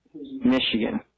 Michigan